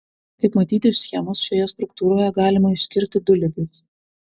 kaip matyti iš schemos šioje struktūroje galima išskirti du lygius